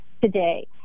today